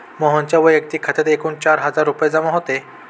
मोहनच्या वैयक्तिक खात्यात एकूण चार हजार रुपये जमा होते